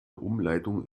umleitung